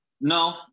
No